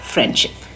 Friendship